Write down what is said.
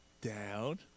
down